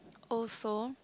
also